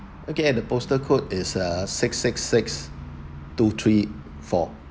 okay and the postal code is uh six six six two three four